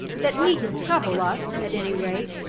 that needn't trouble us, at any rate.